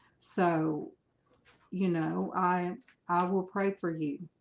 so you know, i i will pray for you